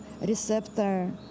receptor